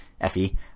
Effie